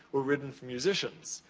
were written for musicians.